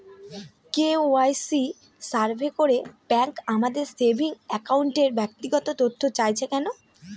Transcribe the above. KYC survey করে bank আমাদের saving অ্যাকাউন্টের ব্যক্তিগত তথ্য চাইছে কেন?